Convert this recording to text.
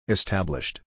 Established